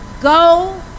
go